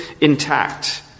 intact